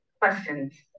questions